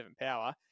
power